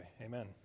Amen